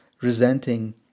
resenting